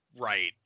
Right